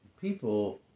people